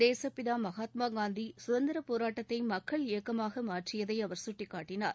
தேசப்பிதா மகாத்மா காந்தி சுதந்திரப் போராட்டத்தை மக்கள் இயக்கமாக மாற்றியதை அவர் சுட்டிக்காட்டினார்